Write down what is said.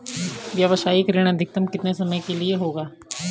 व्यावसायिक ऋण अधिकतम कितने समय के लिए होगा?